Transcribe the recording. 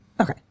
Okay